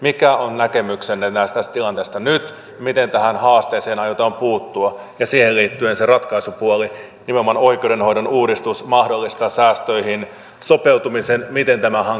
mikä on näkemyksenne tästä tilanteesta nyt ja miten tähän haasteeseen aiotaan puuttua ja siihen liittyen se ratkaisupuoli nimenomaan oikeudenhoidon uudistus mahdollistaa säästöihin sopeutumisen miten tämä hanke etenee